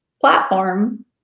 platform